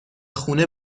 خونه